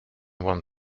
won